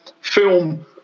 film